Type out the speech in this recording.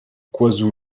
kwazulu